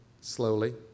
slowly